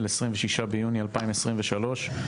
26 ביוני 2023,